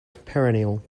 perennial